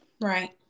right